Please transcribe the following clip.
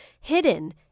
hidden